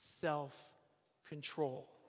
self-control